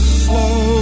slow